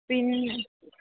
പിന്നെ